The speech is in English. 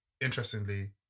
interestingly